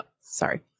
sorry